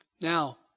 Now